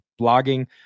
blogging